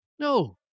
No